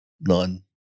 none